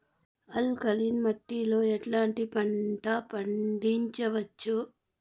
Alkaline మట్టి లో ఎట్లాంటి పంట పండించవచ్చు,?